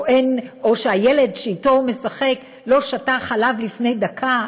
או שהילד שאתו הוא משחק לא שתה חלב לפני דקה?